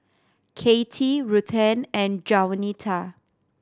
Katie Ruthanne and Jaunita